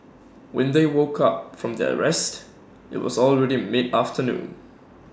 when they woke up from their rest IT was already mid afternoon